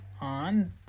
on